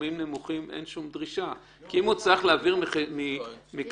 כמובן שאנחנו לא יכולים לזהות את החייב אלא